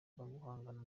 guhangana